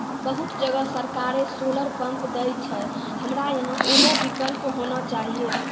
बहुत जगह सरकारे सोलर पम्प देय छैय, हमरा यहाँ उहो विकल्प होना चाहिए?